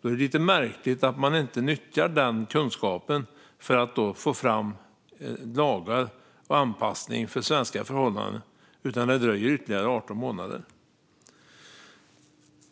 Då är det lite märkligt att man inte nyttjar den kunskapen för att få fram lagar och anpassningar till svenska förhållanden. Det dröjer alltså ytterligare 18 månader.